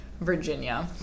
Virginia